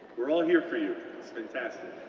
we're all here for you, it's fantastic.